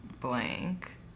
blank